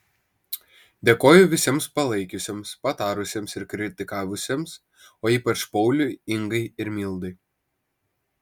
dėkoju visiems palaikiusiems patarusiems ir kritikavusiems o ypač pauliui ingai ir mildai